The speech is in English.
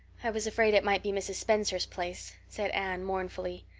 i was afraid it might be mrs. spencer's place, said anne mournfully.